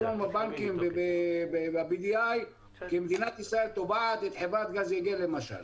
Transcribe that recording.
לנו בבנקים וב-BDI שמדינת ישראל תובעת את חברת גז יגל למשל.